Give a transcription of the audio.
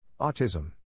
Autism